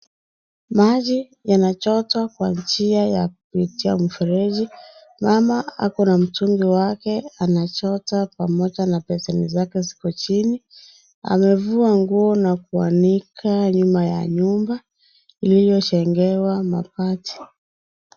Maji yanachotwa kwa njia ya kupitia mfereji, mama ako na mtungi wake, anachota, pamoja na besni zake ziko chini, anafua nguo na kuanika nyuma ya nyumba, ilioshengewa mabati.